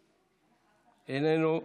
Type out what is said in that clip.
איננו,